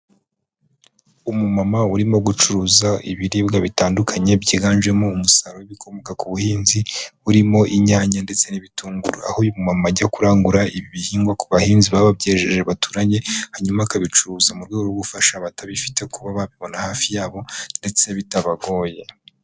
Umumama urimo gucuruza ibiribwa bitandukanye byiganjemo umusaruro w'ibikomoka ku buhinzi, burimo inyanya ndetse n'ibitunguru. Aho uyu mumama ajya kurangura ibihingwa ku bahinzi baba babyejeje baturanye, hanyuma akabicuruza mu rwego rwo gufasha abatabifite kuba babibona hafi yabo ndetse bitabagoye.